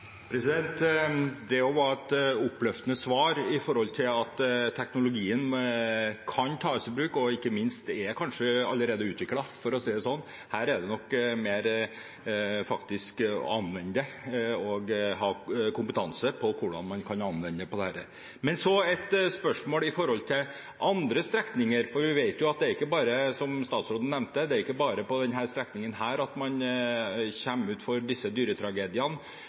Det også var et oppløftende svar med tanke på at teknologien kan tas i bruk, og ikke minst at den kanskje allerede er utviklet, for å si det sånn. Her handler det nok faktisk mer om anvendelse og å ha kompetanse på hvordan man kan anvende den. Men så har jeg et spørsmål om andre strekninger, for som statsråden nevnte, vet vi at det ikke bare er på denne strekningen at man kommer ut for disse dyretragediene